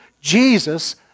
Jesus